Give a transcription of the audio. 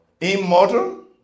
Immortal